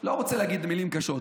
לא רוצה להגיד מילים קשות.